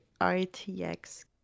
RTX